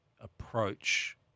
approach